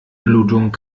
blutung